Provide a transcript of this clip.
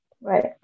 Right